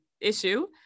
issue